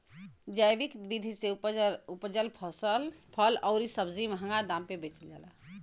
जैविक विधि से उपजल फल अउरी सब्जी महंगा दाम पे बेचल जाला